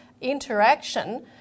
interaction